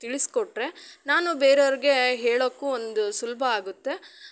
ತಿಳಿಸ್ಕೊಟ್ಟರೆ ನಾನು ಬೇರೆಯವ್ರಿಗೆ ಹೇಳೋಕು ಒಂದು ಸುಲಭ ಆಗುತ್ತೆ